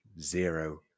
zero